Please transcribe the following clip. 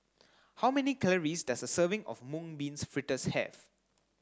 how many calories does a serving of mung bean fritters have